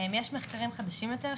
יש מחקרים חדשים יותר,